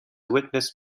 witnessed